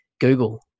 Google